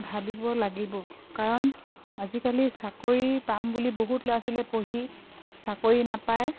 ভাবিব লাগিব কাৰণ আজিকালি চাকৰি পাম বুলি বহুত ল'ৰা ছোৱালীয়ে পঢ়ি চাকৰি নাপায়